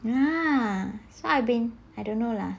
ya so I've been I don't know lah